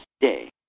day